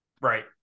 right